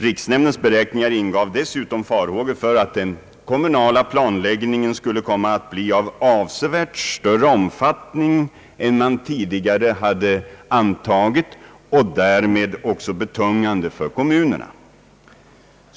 Riksnämndens beräkningar ingav dessutom farhågor för att den kommunala planläggningen skulle komma att bli av avsevärt större omfattning än man tidigare hade antagit och därmed också betungande för kommunerna.